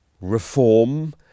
reform